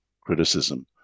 criticism